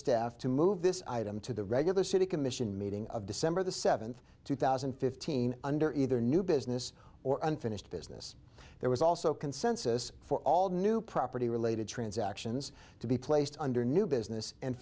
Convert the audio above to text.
staff to move this item to the regular city commission meeting of december the seventh two thousand and fifteen under either new business or unfinished business there was also consensus for all new property related transactions to be placed under new business and